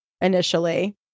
initially